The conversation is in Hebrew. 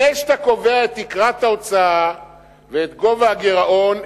לפני שאתה קובע את תקרת ההוצאה ואת גובה הגירעון,